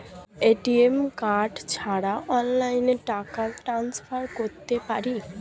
ATM card ছাড়া অনলাইনে টাকা টান্সফার করতে পারি?